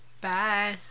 Bye